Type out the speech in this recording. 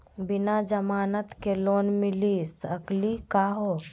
बिना जमानत के लोन मिली सकली का हो?